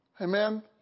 Amen